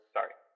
Sorry